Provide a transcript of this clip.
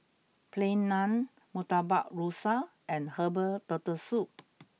Plain Naan Murtabak Rusa and Herbal Turtle Soup